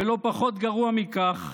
ולא פחות גרוע מכך,